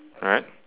right